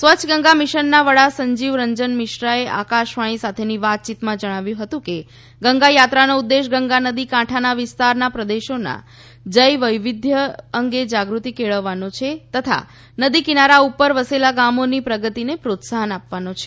સ્વચ્છ ગંગા મિશનના વડા રાજીવ રંજન મિશ્રાએ આકાશવાણી સાથેની વાતયીતમાં જણાવ્યું હતું કે ગંગા યાત્રાનો ઉદ્દેશ ગંગા નદી કાંઠા વિસ્તારના પ્રદેશોના જૈવ વૈવિધ્ય અંગે જાગૃતિ કેળવવાનો છે તથા નદી કિનારા ઉપર વસેલા ગામોની પ્રગતિને પ્રોત્સાફન આપવાનો છે